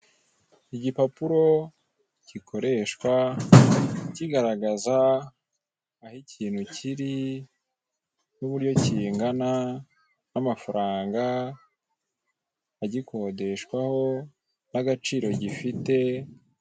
Igipapuro gikoreshwa kigaragaza aho ikintu kiri, n'uburyo kingana n'amafaranga agikodeshwaho, n'agaciro gifite.